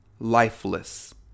lifeless